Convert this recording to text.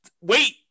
Wait